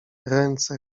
ręce